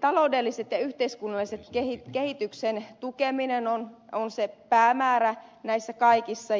taloudellisen ja yhteiskunnallisen kehityksen tukeminen on se päämäärä näissä kaikissa